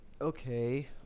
Okay